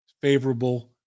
favorable